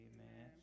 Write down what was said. Amen